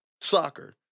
soccer